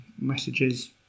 messages